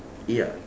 ya